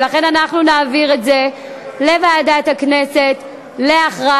ולכן אנחנו נעביר את הצעת החוק לוועדת הכנסת להכרעה.